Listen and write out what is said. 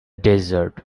desert